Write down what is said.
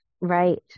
Right